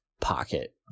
pocket